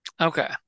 okay